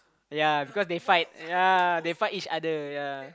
yea because they fight yea they fight each other yea